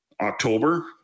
October